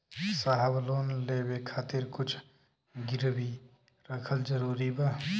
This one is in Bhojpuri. साहब लोन लेवे खातिर कुछ गिरवी रखल जरूरी बा?